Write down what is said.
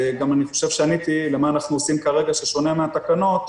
אני חושב שעניתי מה אנחנו עושים כרגע ששונה מן התקנות,